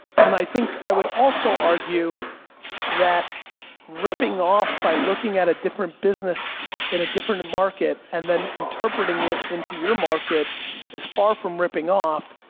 and i think i would also argue that ripping off by looking at a different business in a different market and then interpreting it into your market is far from ripping off,